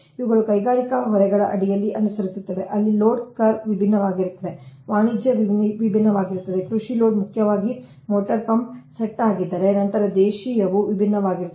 ಇವುಗಳು ಕೈಗಾರಿಕಾ ಹೊರೆಗಳ ಅಡಿಯಲ್ಲಿ ಅನುಸರಿಸುತ್ತಿವೆ ಅಲ್ಲಿ ಲೋಡ್ ಕರ್ವ್ ವಿಭಿನ್ನವಾಗಿರುತ್ತದೆ ವಾಣಿಜ್ಯ ವಿಭಿನ್ನವಾಗಿರುತ್ತದೆ ಕೃಷಿ ಲೋಡ್ ಮುಖ್ಯವಾಗಿ ಮೋಟಾರ್ ಪಂಪ್ ಸೆಟ್ ಆಗಿದ್ದರೆ ನಂತರ ದೇಶೀಯವು ವಿಭಿನ್ನವಾಗಿರುತ್ತದೆ